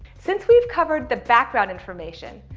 since we've covered the background information,